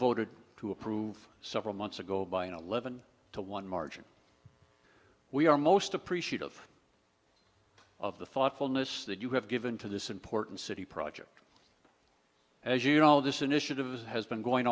voted to approve several months ago by an eleven to one margin we are most appreciative of the thoughtfulness that you have given to this important city project as you know this